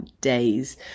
days